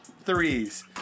threes